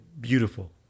beautiful